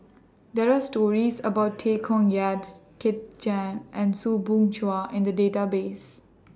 There Are stories about Tay Koh Yat Kit Chan and Soo Bin Chua in The Database